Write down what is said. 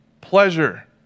pleasure